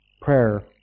prayer